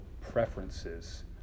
preferences